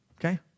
Okay